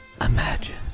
Imagine